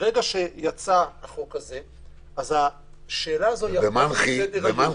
מרגע שיצא החוק הזה, השאלה ירדה מסדר היום.